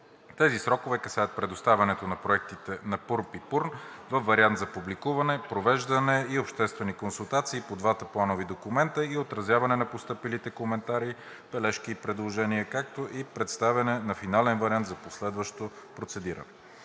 Тези срокове касаят представянето на проектите на ПУРБ и ПУРН във вариант за публикуване, провеждане на обществените консултации по двата планови документа и отразяване на постъпилите коментари, бележки и предложения, както и представяне на финален вариант за последващо процедиране.